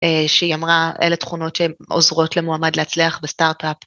שהיא אמרה אלה תכונות שעוזרות למועמד להצליח בסטארט-אפ.